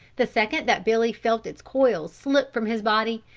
the second that billy felt its coils slip from his body,